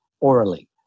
orally